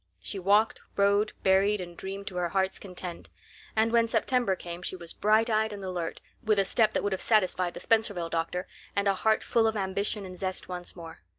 she walked, rowed, berried, and dreamed to her heart's content and when september came she was bright-eyed and alert, with a step that would have satisfied the spencervale doctor and a heart full of ambition and zest once more.